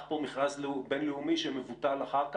פה מכרז בין-לאומי שמבוטל אחר כך,